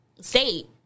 state